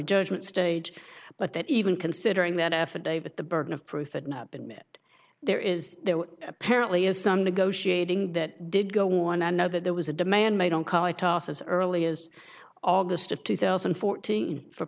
judgment stage but that even considering that affidavit the burden of proof had not been met there is there apparently is some negotiating that did go on i know that there was a demand made on call i toss as early as august of two thousand and fourteen for